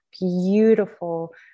beautiful